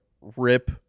rip